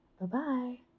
Bye-bye